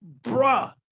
Bruh